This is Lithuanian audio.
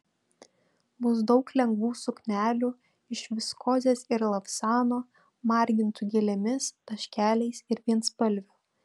bus daug lengvų suknelių iš viskozės ir lavsano margintų gėlėmis taškeliais ir vienspalvių